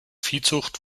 viehzucht